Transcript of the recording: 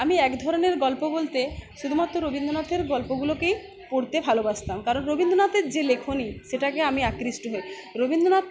আমি এক ধরনের গল্প বলতে শুধুমাত্র রবীন্দ্রনাথের গল্পগুলোকেই পড়তে ভালোবাসতাম কারণ রবীন্দ্রনাথের যে লেখনী সেটাকে আমি আকৃষ্ট হই রবীন্দ্রনাথ